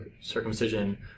circumcision